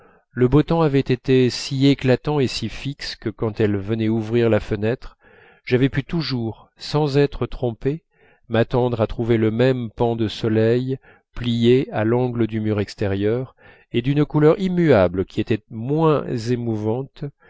le beau temps avait été si éclatant et si fixe que quand elle venait ouvrir la fenêtre j'avais pu toujours sans être trompé m'attendre à trouver le même pan de soleil plié à l'angle du mur extérieur et d'une couleur immuable qui était moins émouvante